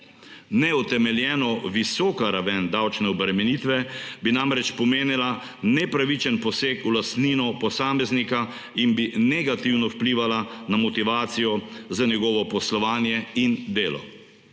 Neutemeljeno visoka raven davčne obremenitve bi namreč pomenila nepravičen poseg v lastnino posameznika in bi negativno vplivala na motivacijo za njegovo poslovanje in delo.